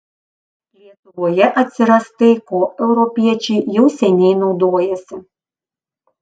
lietuvoje atsiras tai kuo europiečiai jau seniai naudojasi